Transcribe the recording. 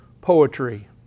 poetry